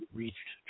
reached